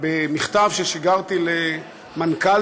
במכתב ששיגרתי למנכ"ל,